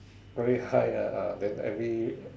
very high ah then every